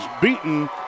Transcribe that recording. beaten